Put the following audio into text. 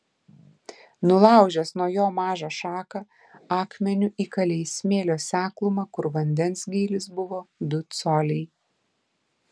nulaužęs nuo jo mažą šaką akmeniu įkalė į smėlio seklumą kur vandens gylis buvo du coliai